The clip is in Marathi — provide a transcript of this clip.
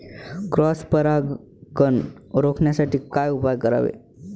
क्रॉस परागकण रोखण्यासाठी काय उपाय करावे?